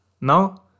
Now